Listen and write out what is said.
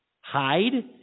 hide